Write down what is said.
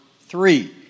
three